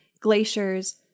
glaciers